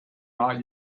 not